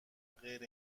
غیر